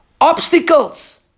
obstacles